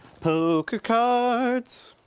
poker cards.